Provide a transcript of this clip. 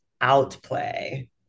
outplay